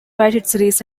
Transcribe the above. recent